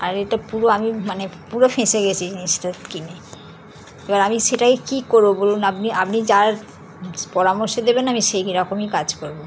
আর এতে পুরো আমি মানে পুরো ফেঁসে গিয়েছি জিনিসটা কিনে এবার আমি সেটাই কী করব বলুন আপনি আপনি যা পরামর্শ দেবেন আমি সেই রকমই কাজ করব